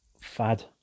FAD